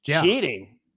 Cheating